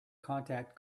contact